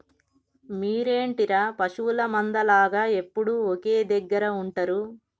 మీరేంటిర పశువుల మంద లాగ ఎప్పుడు ఒకే దెగ్గర ఉంటరు